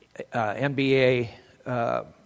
NBA